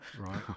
Right